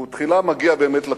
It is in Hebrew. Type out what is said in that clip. הוא תחילה מגיע באמת לקצוות.